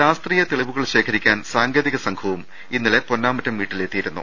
ശാസ്ത്രീയ തെളിവുകൾ ശേഖരിക്കാൻ സാങ്കേതിക സംഘവും ഇന്നലെ പൊന്നാമറ്റം വീട്ടിലെത്തിയിരുന്നു